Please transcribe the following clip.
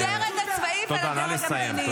לדרג הצבאי ולדרג המדיני.